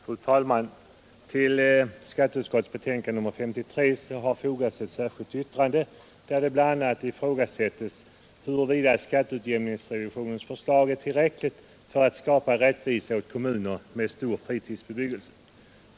Fru talman! Till skatteutskottets betänkande nr 53 har fogats ett särskilt yttrande, där det bl.a. ifrågasättes huruvida skatteutjämningsrevisionens förslag är tillräckligt för att skapa rättvisa åt kommuner med stor fritidsbebyggelse.